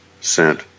sent